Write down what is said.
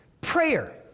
Prayer